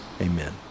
Amen